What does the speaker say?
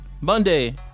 Monday